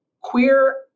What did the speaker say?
queer